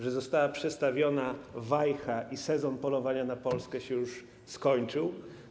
Że została przestawiona wajcha i sezon polowania na Polskę się już skończył?